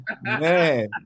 Man